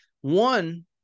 One